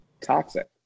Toxic